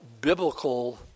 biblical